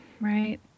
right